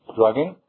drugging